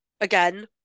again